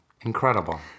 Incredible